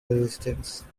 resistance